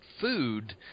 food